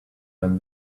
than